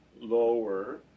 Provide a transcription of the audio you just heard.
lower